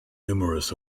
numerous